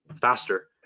faster